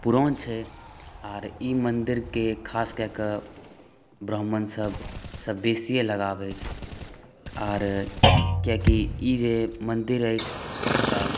पुरान छै आ ई मन्दिरके खास कए कऽ ब्राह्मणसब सॅं बेसिये लगाव अछि आर किएकि ई जे मन्दिर अछि